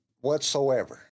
whatsoever